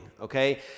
okay